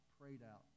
prayed-out